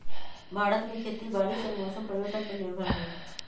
भारत में खेती बारिश और मौसम परिवर्तन पर निर्भर हई